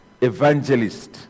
evangelist